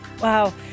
Wow